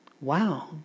wow